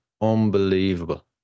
unbelievable